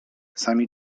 sami